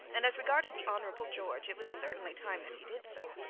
and as regarded the hon. george, it was certainly time that he did so.